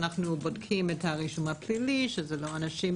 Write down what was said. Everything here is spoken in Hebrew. אנחנו בודקים את הרישום הפלילי, שזה לא אנשים